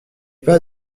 pas